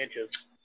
inches